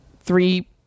Three